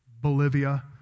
Bolivia